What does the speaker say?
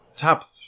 Top